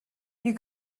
you